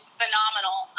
phenomenal